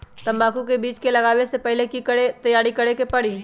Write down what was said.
तंबाकू के बीज के लगाबे से पहिले के की तैयारी करे के परी?